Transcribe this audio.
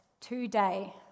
today